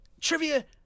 trivia